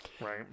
right